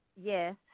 Yes